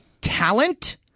talent